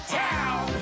town